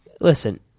Listen